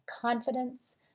confidence